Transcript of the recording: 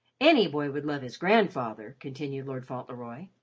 any boy would love his grandfather, continued lord fauntleroy,